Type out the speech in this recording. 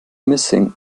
missing